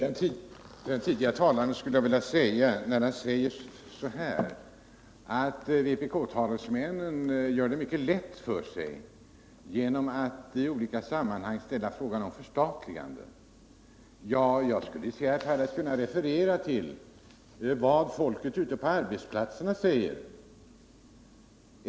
Herr talman! Den föregående talaren sade att vpk:s talesmän gör det mycket lätt för sig genom att i olika sammanhang kräva ett förstatligande. Jag skulle kunna referera till vad folket ute på arbetsplatserna säger.